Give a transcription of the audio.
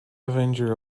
avenger